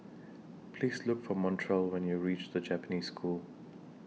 Please Look For Montrell when YOU REACH The Japanese School